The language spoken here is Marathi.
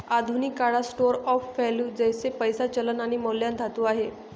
आधुनिक काळात स्टोर ऑफ वैल्यू जसे पैसा, चलन आणि मौल्यवान धातू आहे